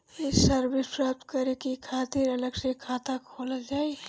ये सर्विस प्राप्त करे के खातिर अलग से खाता खोलल जाइ?